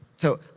so,